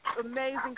amazing